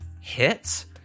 hits